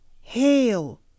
Hail